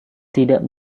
tidak